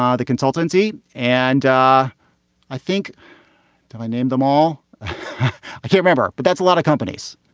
ah the consultancy, and i think i named them all i can remember. but that's a lot of companies.